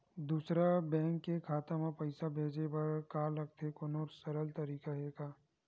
दूसरा बैंक के खाता मा पईसा भेजे बर का लगथे कोनो सरल तरीका हे का?